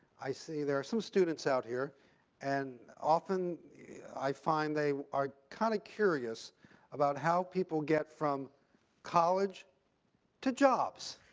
i see there are some students out here and often i find they are kind of curious about how people get from college to jobs.